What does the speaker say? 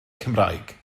cymraeg